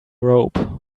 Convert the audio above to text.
robe